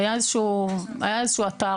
היה איזשהו אתר,